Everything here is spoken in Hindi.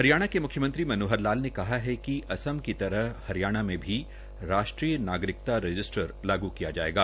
हरियाणा के मुख्यमंत्री मनोहर लाल ने कहा कि असम की तरह हरियाणा में भी राष्ट्रीय नागरिकता रजिस्टर लागू किया जायेगा